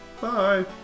Bye